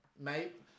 Mate